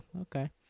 okay